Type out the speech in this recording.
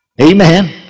Amen